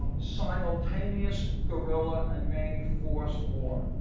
simultaneous guerrilla and main force war.